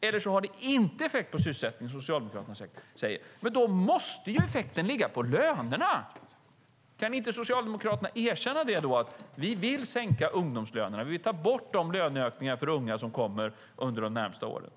Eller också har det inte effekt på sysselsättningen, som Socialdemokraterna säger. Men då måste ju effekten ligga på lönerna. Kan inte Socialdemokraterna erkänna att ni vill sänka ungdomslönerna och ta bort de löneökningar för unga som kommer att ske under de närmaste åren?